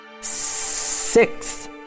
Six